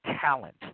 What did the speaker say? talent